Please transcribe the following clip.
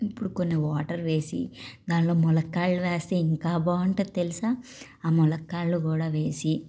ఇప్పుడు కొన్ని వాటర్ వేసి దానిలో ములక్కాడలు వేస్తే ఇంకా బాగుంటుంది తెలుసా ఆ ములక్కాడలు కూడా వేసి